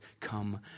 come